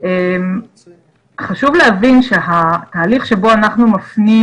חשוב להבין שהתהליך שבו אנחנו מפנים